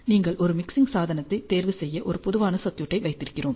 நீங்கள் ஒரு மிக்சிங் சாதனத்தைத் தேர்வு செய்ய ஒரு பொதுவான சர்க்யூட்டை வைத்திருக்கிறோம்